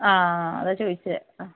ആ അതാ ചോദിച്ചത് ആ